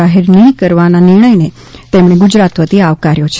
જાહેર નહિં કરવાના નિર્ણયને તેમણે ગુજરાત વતી આવકાર્યો છે